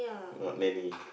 not Nanny